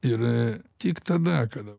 ir tik tada kada